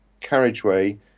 carriageway